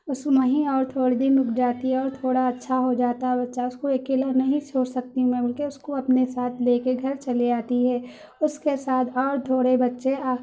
اس میں ہی اور تھوڑے دن رک جاتی ہے اور تھوڑا اچھا ہو جاتا ہے وہ بچّہ اس کو اکیلا نہیں چھوڑ سکتی میں بلکہ اس کو اپنے ساتھ لے کے گھر چلے آتی ہے اس کے ساتھ اور تھوڑے بچے